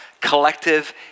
collective